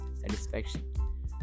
satisfaction